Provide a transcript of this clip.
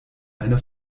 eine